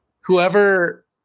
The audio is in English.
Whoever